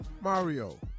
mario